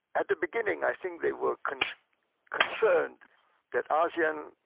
at the beginning, i think they were kind of concerned that ah asean,